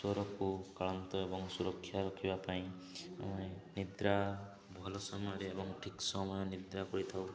ସ୍ୱରକୁ କ୍ଳାନ୍ତ ଏବଂ ସୁରକ୍ଷା ରଖିବା ପାଇଁ ନିଦ୍ରା ଭଲ ସମୟରେ ଏବଂ ଠିକ୍ ସମୟରେ ନିଦ୍ରା କରିଥାଉ